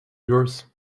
yours